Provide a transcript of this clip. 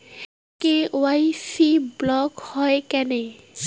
KYC block হয় কেনে?